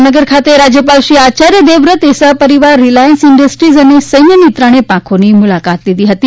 જામનગર ખાતે રાજ્યપાલશ્રી આયાર્ય દેવવ્રતએ સહપરિવાર રિલાયન્સ ઈન્ડસ્ટ્રીઝ અને સૈન્યની ત્રણે પાંખોની મુલાકાત લીધી હતી